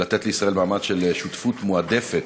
לתת לישראל מעמד של שותפות מועדפת,